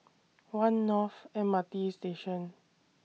one North M R T Station